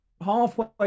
Halfway